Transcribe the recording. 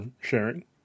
sharing